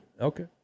Okay